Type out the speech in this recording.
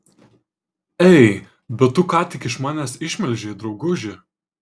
ei bet tu ką tik iš manęs išmelžei drauguži